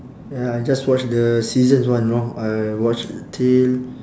ya I just watch the seasons one know I watch till